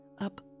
up